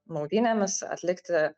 maudynėmis atlikti